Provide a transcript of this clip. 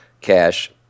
Cash